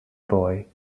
boy